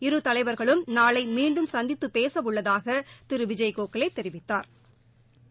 இரு தலைவர்களும் நாளை மீண்டும் சந்தித்து பேச உள்ளதாக திரு விஜய் கோக்லே தெரிவித்தாா்